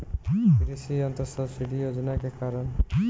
कृषि यंत्र सब्सिडी योजना के कारण?